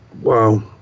wow